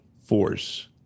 force